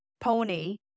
pony